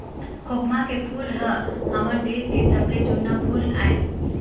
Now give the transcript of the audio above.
खोखमा के फूल ह हमर देश के सबले जुन्ना फूल आय